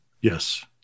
Yes